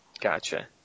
Gotcha